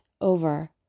over